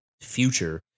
future